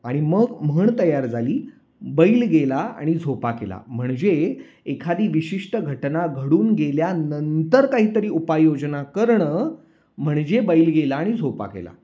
आणि मग म्हण तयार झाली बैल गेला आणि झोपा केला म्हणजे एखादी विशिष्ट घटना घडून गेल्यानंतर काहीतरी उपायोजना करणं म्हणजे बैल गेला आणि झोपा केला